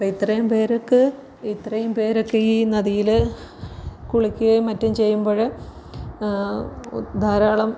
ഇപ്പം ഇത്രയും പേരൊക്കെ ഇത്രയും പേരൊക്കെ ഈ നദിയിൽ കുളിക്കുകയും മറ്റും ചെയ്യുമ്പോൾ ഒ ധാരാളം